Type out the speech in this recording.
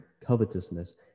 covetousness